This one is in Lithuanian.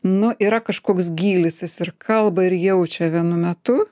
nu yra kažkoks gylis jis ir kalba ir jaučia vienu metu